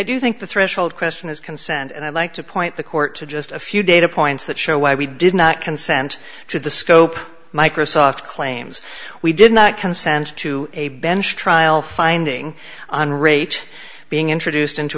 do think the threshold question is consent and i'd like to point the court to just a few data points that show why we did not consent to the scope microsoft claims we did not consent to a bench trial finding on rate being introduced into